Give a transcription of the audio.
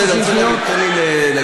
בסדר, בסדר, תן לי להגיד.